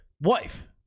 wife